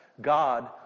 God